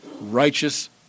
Righteous